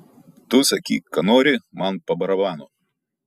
tu sakyk ką nori man pa barabanu